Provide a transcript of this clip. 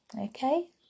Okay